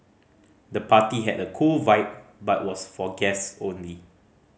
the party had a cool vibe but was for guest only